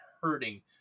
hurting